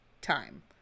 time